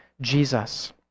Jesus